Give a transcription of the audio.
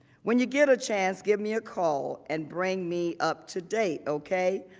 when you get a chance give me a call. and bring me up-to-date. okay?